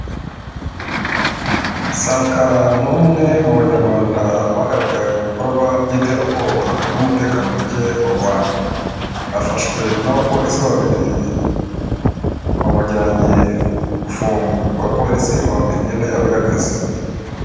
Sankara nk'umwe mu banyarwanda bagaragaye mu bikorwa by'iterabwoba n'umutekano muke mu rwanda afashwe n'abaporisi babiri bamujyanye kumufunga. Abaporisi bambaye imyenda yabo y'akazi.